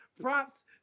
props